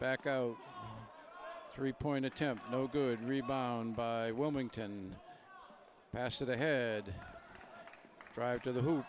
back out three point attempt no good rebound by wilmington pass to the head drive to the ho